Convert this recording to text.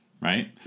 right